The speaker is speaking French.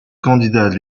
candidat